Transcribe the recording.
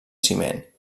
ciment